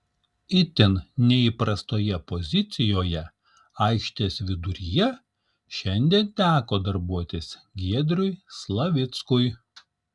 itin neįprastoje pozicijoje aikštės viduryje šiandien teko darbuotis giedriui slavickui